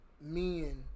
men